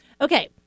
okay